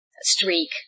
streak